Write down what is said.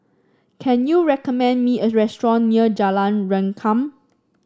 can you recommend me a restaurant near Jalan Rengkam